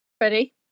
Ready